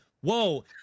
Whoa